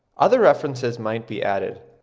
other references might be added.